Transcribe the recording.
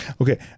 Okay